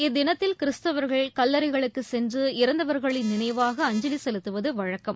இத்தினத்தில் கிறிஸ்தவர்கள் கல்லறைகளுக்குச் சென்று இறந்தவர்களின் நினைவாக அஞ்சலி செலுத்துவது வழக்கம்